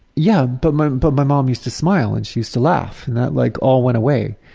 yeah, but my but my mom used to smile and she used to laugh, and that like all went away.